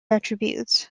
attributes